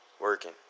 working